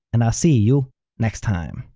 and i'll see you next time!